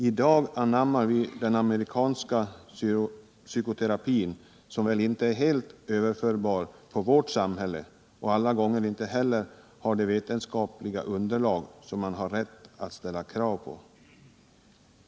I dag anammar vi den amerikanska psykoterapin, som väl inte är helt överförbar på vårt samhälle och alla gånger inte heller har det vetenskapliga underlag som man har rätt att ställa krav på.